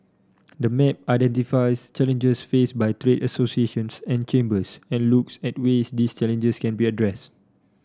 the map identifies challenges faced by trade associations and chambers and looks at ways these challenges can be addressed